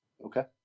Okay